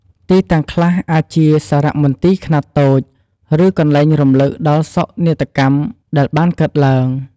ទីតាំងខ្លះអាចជាសារមន្ទីរខ្នាតតូច ឬកន្លែងរំលឹកដល់សោកនាដកម្មដែលបានកើតឡើង។